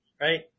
right